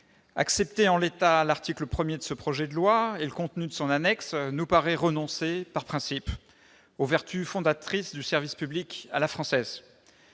accepter en l'état l'article 1 de ce projet de loi et le contenu de son annexe reviendrait à renoncer, par principe, aux vertus fondatrices du service public à la française.